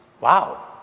Wow